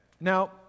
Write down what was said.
Now